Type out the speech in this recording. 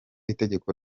itegeko